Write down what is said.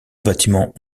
bâtiments